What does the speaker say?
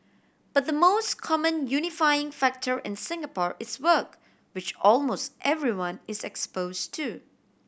but the most common unifying factor in Singapore is work which almost everyone is expose to